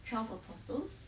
twelve apostles